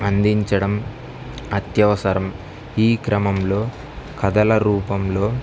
అందించడం అత్యవసరం ఈ క్రమంలో కథల రూపంలో